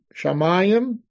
Shamayim